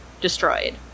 destroyed